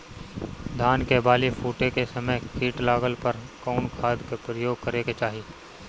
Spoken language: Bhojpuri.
धान के बाली फूटे के समय कीट लागला पर कउन खाद क प्रयोग करे के चाही?